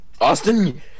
Austin